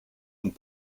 und